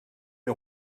les